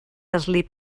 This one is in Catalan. eslip